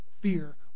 fear